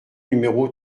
numéro